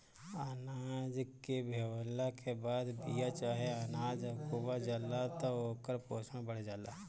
अनाज के भेवला के बाद बिया चाहे अनाज अखुआ जाला त ओकर पोषण बढ़ जाला